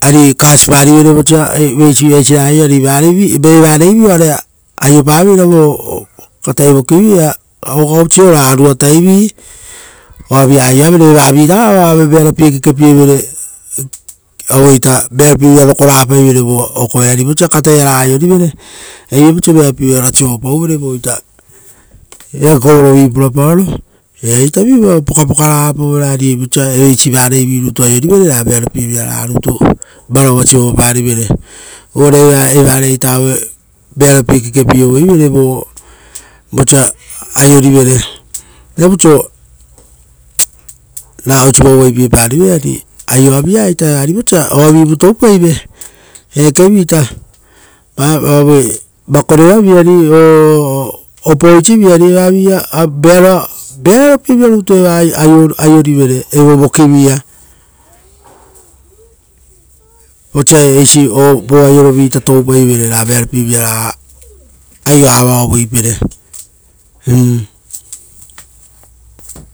ari kasii parivere vosa vasi raga aio ri. Ari eva reivii orea aiopaveira vo katai vokivia, kaukau isi ora aruatai vii. Oavia aio avere, evavi raga oa aue vearo kekepie vere, aueita vearo pie vira roko raga paivere vo okoee. Ari vosa katai araga aio rivere, ari viapau oiso vearo pievira ora sovopau vere voita eake kovoro viita purapaora, earita vi pokapoka raga pauera, ari vosa eisi varei vi rutu aio rivere ra vearo pie vira raga varaua sovo pari vere. Uvare eva reita aue vearopie kekepie vere vo vosa aio ri vere. Viapau oiso ra osi vuavu vai pei pa rivere ari, aioa via ita evva. Ari vosa oavi vu toupaive, eake viita, va aue vakoreva vii o opoo isivi ari evai via vearoa, vearo pie vira rutu eva aio rivere evo voki via, vosa eisi vo aio rovi ta toupai vere ra vearopie vira aioa avao voipere.